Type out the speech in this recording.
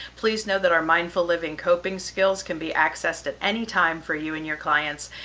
please note that our mindful living coping skills can be accessed at anytime for you and your clients.